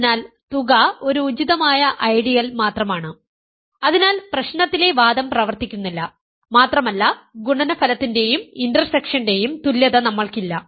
അതിനാൽ തുക ഒരു ഉചിതമായ ഐഡിയൽ മാത്രമാണ് അതിനാൽ പ്രശ്നത്തിലെ വാദം പ്രവർത്തിക്കുന്നില്ല മാത്രമല്ല ഗുണനഫലത്തിന്റെയും ഇന്റർസെക്ഷന്റെയും തുല്യത നമ്മൾക്ക് ഇല്ല